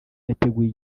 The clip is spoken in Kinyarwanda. yateguye